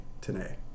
today